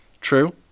True